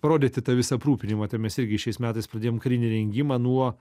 parodyti tą visą aprūpinimą tai mes irgi šiais metais pradėjome karinį rengimą nuo